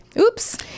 Oops